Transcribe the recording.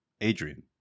Adrian